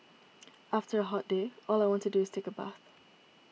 after a hot day all I want to do is take a bath